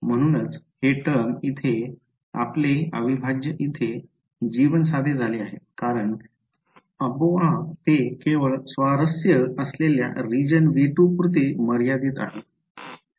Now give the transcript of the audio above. म्हणूनच हे टर्म इथे आपले अविभाज्य इथे जीवन साधे झाले आहे कारण आपोआप ते केवळ स्वारस्य असलेल्या रिजन V2 पुरते मर्यादित आहे